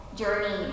journey